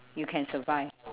you can survive